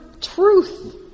truth